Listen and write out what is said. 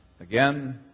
Again